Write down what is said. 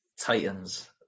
Titans